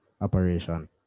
operation